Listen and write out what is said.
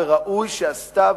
וראוי שעשתה,